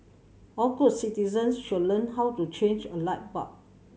all good citizens should learn how to change a light bulb